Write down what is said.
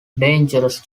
dangerous